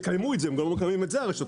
שיקיימו את זה גם לא לא מקיימים את זה הרשתות.